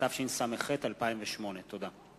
התשס"ח 2008. תודה.